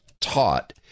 taught